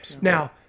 Now